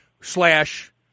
slash